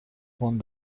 پوند